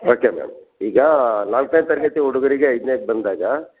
okay ma'am ಈಗ ನಾಲ್ಕನೇ ತರಗತಿ ಹುಡುಗರಿಗೆ ಐದ್ನೇದು ಬಂದಾಗ